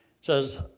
says